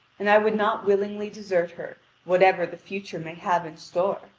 and i would not willingly desert her whatever the future may have in store.